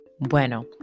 Bueno